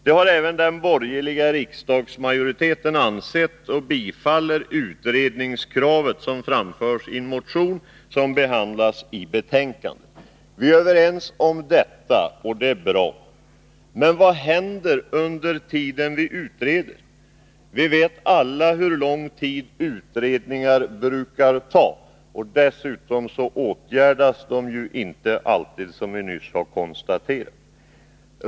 Det har även den borgerliga riksdagsmajoriteten ansett och tillstyrker det utredningskrav som framförs i en motion som behandlas i detta Vi är överens om detta och det är bra. Men vad händer under tiden som vi utreder? Vi vet alla hur lång tid utredningar brukar ta. Dessutom leder de inte alltid till åtgärder, vilket vi nyss konstaterade.